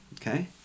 okay